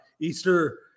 Easter